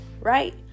right